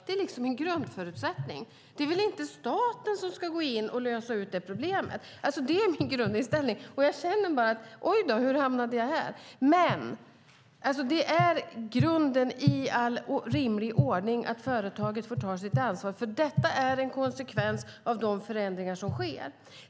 Det är en grundförutsättning. Det är inte staten som ska gå in och lösa detta problem. Det är min grundinställning, och jag känner: Oj, hur hamnade jag här? Grunden i all rimlig ordning är att företaget får ta sitt ansvar, för detta är en konsekvens av de förändringar som sker.